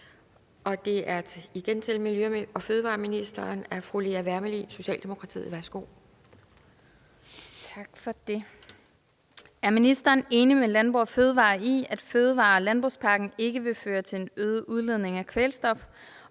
nr. S 50 9) Til miljø- og fødevareministeren af: Lea Wermelin (S) (medspørger: Christian Rabjerg Madsen (S)): Er ministeren enig med Landbrug & Fødevarer i, at fødevare- og landbrugspakken ikke vil føre til en øget udledning af kvælstof,